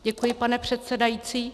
Děkuji, pane předsedající.